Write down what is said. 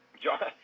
John